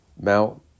Mount